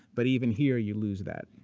but even here, you lose that.